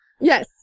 Yes